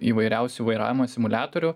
įvairiausių vairavimo simuliatorių